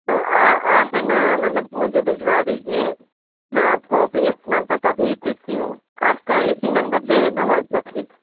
तो आप हैं ना मतलब मुझे भिजवा दीजिए मैं आपको अभी अपना पता भेज देती हूँ आपका इसी नंबर पर है ना व्हाट्सअप भी